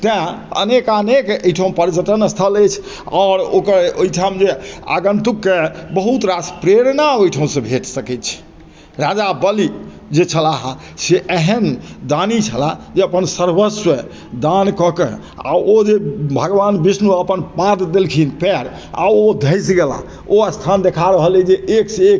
तैं अनेकानेक अइ ठाउँ पर्यटन स्थल अछि आओर ओकर ओइ ठाम जे आगन्तुकके बहुत रास प्रेरणा ओइ ठाउँ से भेटय सकय छै राजा बलि जे छलाह हइ से एहन दानी छलाह जे अपन सर्वस्व दान कऽके आओर ओ जे भगवान विष्णु अपन पान्त देलखिन पयर आओर ओ धसि गेलाह ओ स्थान देखा रहल अछि जे एकसँ एक